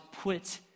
put